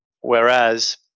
Whereas